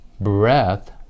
breath